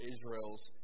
Israel's